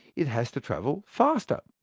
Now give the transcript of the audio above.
it has to travel faster.